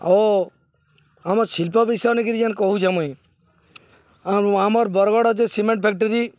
ଆଉ ଆମ ଶିଳ୍ପ ବିଷୟ ନେଇକିିରି ଯୋନ୍ କହୁଛେ ମୁଇଁ ଆମର୍ ବରଗଡ଼ରେ ଯେନ୍ ସିମେଣ୍ଟ ଫ୍ୟାକ୍ଟରୀ